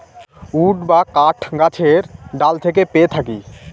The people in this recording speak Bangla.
উড বা কাঠ গাছের ডাল থেকে পেয়ে থাকি